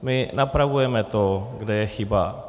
My napravujeme to, kde je chyba.